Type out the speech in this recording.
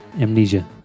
Amnesia